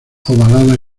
ovaladas